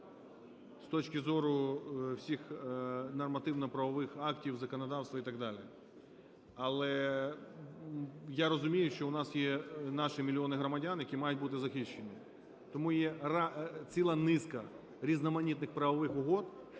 з точки зору всіх нормативно-правових актів, законодавства і так далі. Але я розумію, що у нас є наші мільйони громадян, які мають бути захищені. Тому є ціла низка різноманітних правових угод,